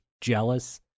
jealous